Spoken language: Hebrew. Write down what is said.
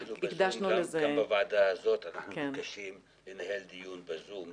הקדשנו לזה --- גם בוועדה הזאת אנחנו מתקשים לנהל דיון בזום לפעמים,